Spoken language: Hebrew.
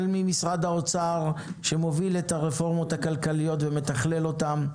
ממשרד האוצר שמוביל את הרפורמות הכלכליות ומתכלל אותן,